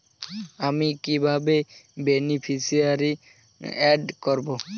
আমি কিভাবে beneficiary add করব?